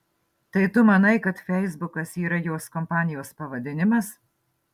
tai tu manai kad feisbukas yra jos kompanijos pavadinimas